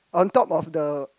on top of the